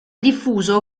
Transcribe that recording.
diffuso